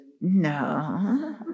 No